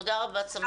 תודה רבה, צמרת.